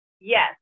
Yes